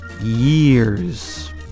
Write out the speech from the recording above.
years